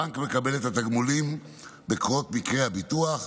הבנק מקבל את התגמולים בקרות מקרה הביטוח,